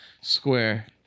square